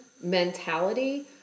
mentality